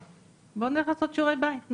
בואו נלך לעשות שיעורי בית.